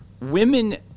women